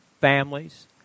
families